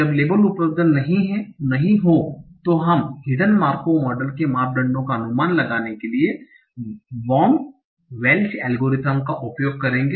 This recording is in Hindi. जब लेबल उपलब्ध नहीं हों तो हम हिडन मार्कोव मॉडल के मापदंडों का अनुमान लगाने के लिए बॉम वेल्च एल्गोरिथम का उपयोग करेंगे